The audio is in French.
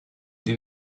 des